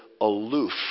aloof